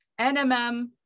nmm